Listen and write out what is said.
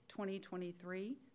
2023